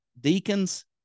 deacons